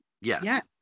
Yes